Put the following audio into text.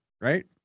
Right